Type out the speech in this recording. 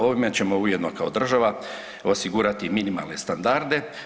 Ovime ćemo ujedno kao država osigurati minimalne standarde.